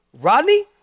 Rodney